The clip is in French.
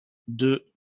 deux